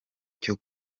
cyo